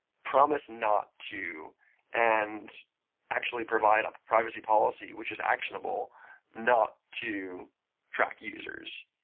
promise not to and actually provide a privacy policy, which is actionable not to track users.